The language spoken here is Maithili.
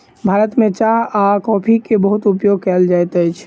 भारत में चाह आ कॉफ़ी के बहुत उपयोग कयल जाइत अछि